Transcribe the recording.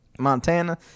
Montana